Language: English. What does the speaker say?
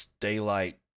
Daylight